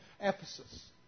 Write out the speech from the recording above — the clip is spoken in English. Ephesus